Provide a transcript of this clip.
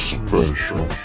special